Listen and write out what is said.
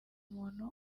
muntu